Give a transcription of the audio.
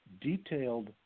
detailed